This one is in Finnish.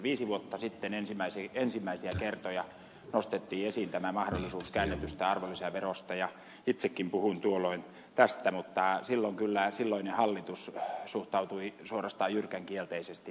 viisi vuotta sitten ensimmäisiä kertoja nostettiin esiin tämä mahdollisuus käännetystä arvonlisäverosta ja itsekin puhuin tuolloin tästä mutta silloin kyllä silloinen hallitus suhtautui suorastaan jyrkän kielteisesti tähän